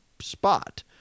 spot